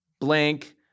blank